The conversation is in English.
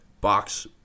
box